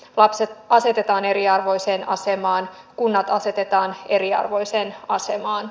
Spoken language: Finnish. lapset asetetaan eriarvoiseen asemaan kunnat asetetaan eriarvoiseen asemaan